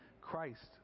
Christ